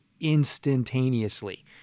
instantaneously